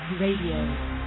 radio